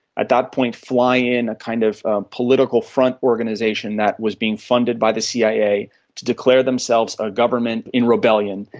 at that point fly in a kind of political front organisation that was being funded by the cia to declare themselves a government in rebellion,